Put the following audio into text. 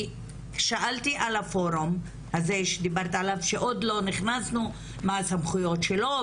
שאלתי על הפורום הזה שדיברת עליו שעוד לא נכנסנו מה הסמכויות שלו,